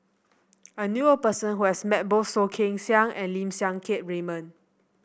I knew a person who has met both Soh Kay Siang and Lim Siang Keat Raymond